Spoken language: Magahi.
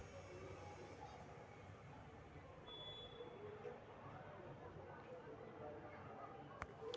इंट्रा बैंक स्थानांतरण पर कोई शुल्क ना लगा हई